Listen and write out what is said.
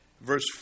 Verse